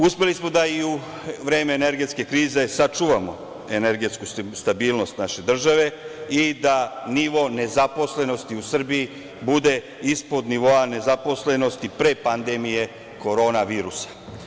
Uspeli smo da i u vreme energetske krize sačuvamo energetsku stabilnost naše države i da nivo nezaposlenosti u Srbiji bude ispod nivoa nezaposlenosti pre pandemije korona virusa.